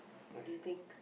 what do you think